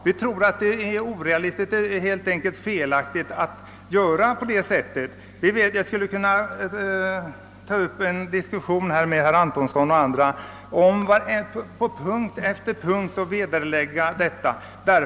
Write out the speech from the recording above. Vi tror att det är orealistiskt, ja, helt enkelt felaktigt, att förfara på det sättet. Jag skulle kunna ta upp en diskussion med herr Antonsson och andra på punkt efter punkt och vederlägga detta påstående.